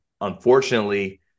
unfortunately